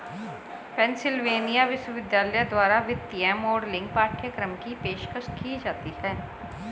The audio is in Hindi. पेन्सिलवेनिया विश्वविद्यालय द्वारा वित्तीय मॉडलिंग पाठ्यक्रम की पेशकश की जाती हैं